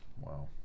Wow